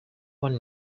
one